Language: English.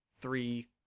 three